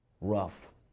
rough